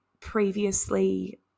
previously